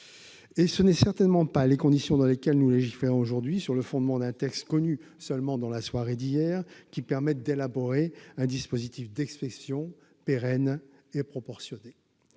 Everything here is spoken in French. Ce ne sont certainement pas les conditions dans lesquelles nous légiférons aujourd'hui, sur le fondement d'un texte connu seulement dans la soirée d'hier, qui permettront d'élaborer un dispositif d'exception pérenne et proportionné.